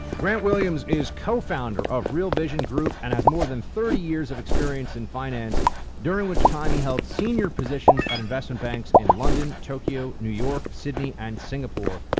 grant williams is co-founder of real vision group and has more than thirty years of experience in finance during which time he held senior positions at investment banks in london, tokyo, new york, sydney, and singapore.